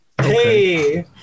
Hey